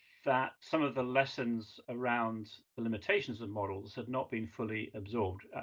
that some of the lessons around the limitations of models have not been fully absorbed,